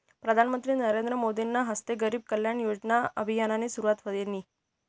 प्रधानमंत्री नरेंद्र मोदीसना हस्ते गरीब कल्याण योजना अभियाननी सुरुवात व्हयनी